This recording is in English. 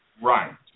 Right